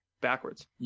Backwards